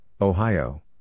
Ohio